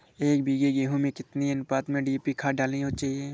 एक बीघे गेहूँ में कितनी अनुपात में डी.ए.पी खाद डालनी चाहिए?